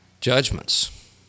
judgments